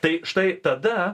tai štai tada